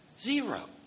Zero